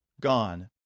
gone